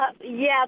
Yes